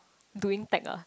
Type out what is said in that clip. doing tech ah